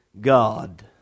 God